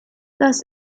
das